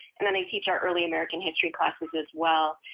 and then i teach our early american history classes as well.